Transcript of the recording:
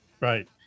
Right